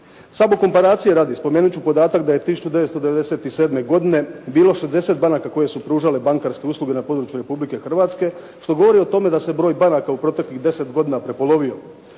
Samo komparacije radi spomenut ću podatak da je 1997. godine bilo 60 banaka koje su pružale bankarske usluge na području Republike Hrvatske što govori o tome da se broj banaka u proteklih 10 godina prepolovio.